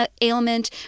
ailment